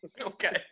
Okay